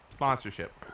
sponsorship